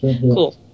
Cool